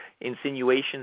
insinuations